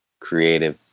creative